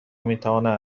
میتوانند